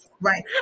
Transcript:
Right